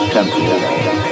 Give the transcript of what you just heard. Temperature